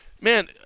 Man